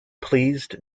pleased